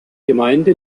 gemeinde